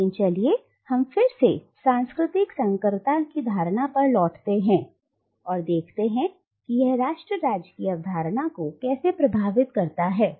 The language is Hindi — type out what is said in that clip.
लेकिन चलिए हम फिर से सांस्कृतिक संकरता की धारणा पर लौटते हैं और देखते हैं कि यह राष्ट्र राज्य की अवधारणा को कैसे प्रभावित करता है